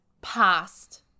past